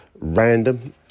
random